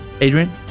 Adrian